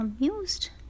amused